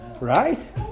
Right